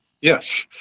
Yes